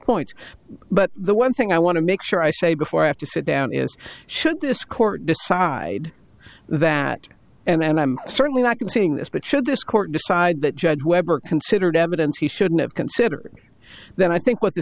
points but the one thing i want to make sure i say before i have to sit down is should this court decide that and i'm certainly not seeing this but should this court decide that judge webber considered evidence he shouldn't have considered then i think what th